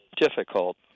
difficult